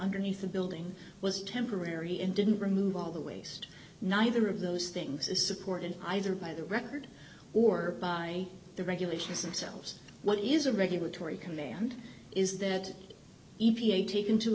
underneath the building was temporary and didn't remove all the waste neither of those things is supported either by the record or by the regulations of selves what is a regulatory command is that e p a take into